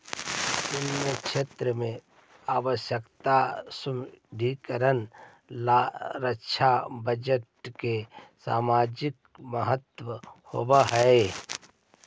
सैन्य क्षेत्र में आवश्यक सुदृढ़ीकरण ला रक्षा बजट के सामरिक महत्व होवऽ हई